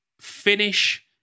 finish